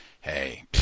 hey